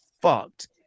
fucked